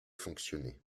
fonctionner